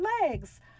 legs